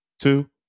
Two